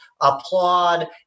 applaud